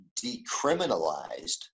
decriminalized